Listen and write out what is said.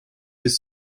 без